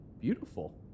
beautiful